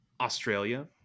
Australia